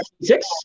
six